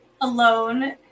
alone